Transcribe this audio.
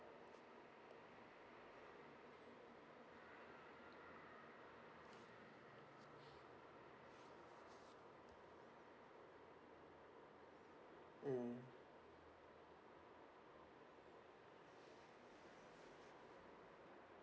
mm